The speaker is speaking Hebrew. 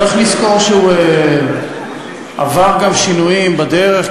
צריך לזכור שהוא גם עבר שינויים בדרך,